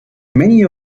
many